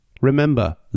Remember